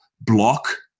block